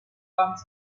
holmes